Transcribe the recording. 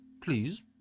please